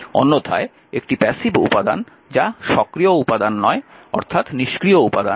অন্যথায় একটি প্যাসিভ উপাদান যা সক্রিয় উপাদান নয় অর্থাৎ নিষ্ক্রিয় উপাদান